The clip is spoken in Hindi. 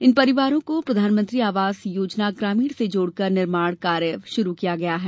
इन परिवारों को प्रधानमंत्री आवास योजना ग्रामीण से जोड़कर निर्माण कार्य प्रारंभ किया गया है